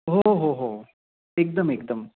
हो हो हो एकदम एकदम